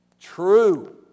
True